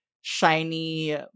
shiny